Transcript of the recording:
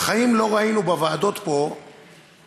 בחיים לא ראינו בוועדות פה שקבלנים,